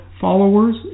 followers